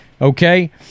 Okay